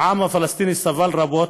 העם הפלסטיני סבל רבות.